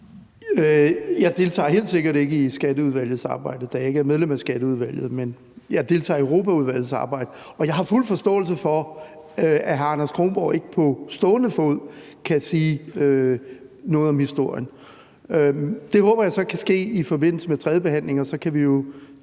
Jeg deltager helt sikkert ikke i Skatteudvalgets arbejde, da jeg ikke er medlem af Skatteudvalget, men jeg deltager i Europaudvalgets arbejde. Og jeg har fuld forståelse for, at hr. Anders Kronborg ikke på stående fod kan sige noget om historien. Det håber jeg så kan ske i forbindelse med tredjebehandlingen, og så kan vi jo